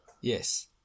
Yes